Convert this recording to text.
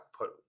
put